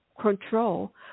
control